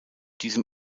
diesem